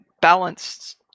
balanced